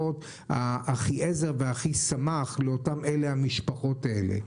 ה"אחיעזר" וה"אחיסמך" לאותן המשפחות האלה.